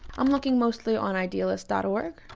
i'm looking mostly on idealist dot org.